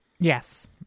Yes